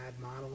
model